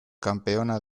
campeona